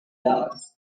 dogs